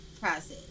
process